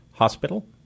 Hospital